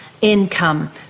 income